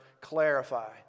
clarify